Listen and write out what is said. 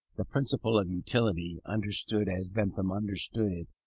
the principle of utility, understood as bentham understood it,